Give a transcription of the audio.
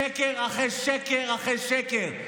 שקר אחרי שקר אחרי שקר.